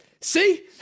See